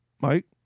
Mike